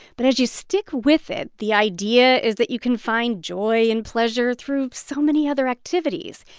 but as you stick with it, the idea is that you can find joy and pleasure through so many other activities.